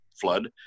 flood